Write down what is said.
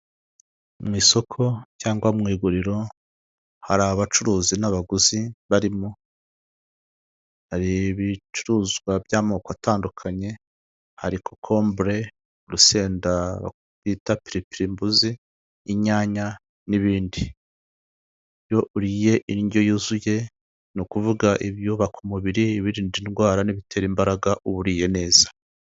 Mu isoko cyangwa mu iguriro, hari abacuruzi n'abaguzi barimo, hari ibicuruzwa by'amoko atandukanye, hari kokombure, urusenda bita piripirimbuzi, inyanya n'ibindi. Iyo uriye indyo yuzuye, ni ukuvuga ibyubaka umubiri, ibirinda indwara n'ibitera imbaraga, uba uriye neza.